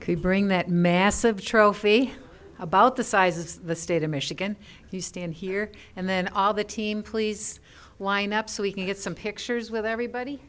could bring that massive charo feel about the size of the state of michigan you stand here and then all the team please wind up so we can get some pictures with everybody